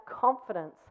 confidence